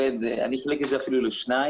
אני אחלק את זה אפילו לשניים,